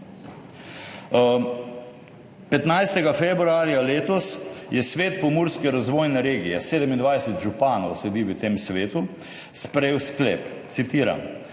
15. februarja letos je svet pomurske razvojne regije, 27 županov sedi v tem svetu, sprejel sklep, citiram: